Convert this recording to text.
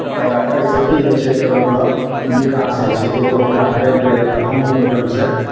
तऽ एहिसँ की होइ छै तऽ मतलब विकास होइ छै जे ओ हमरा हरेलकैए तऽ हमहूँ ओहि ढङ्गसँ